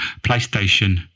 PlayStation